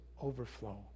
overflow